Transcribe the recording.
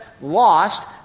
lost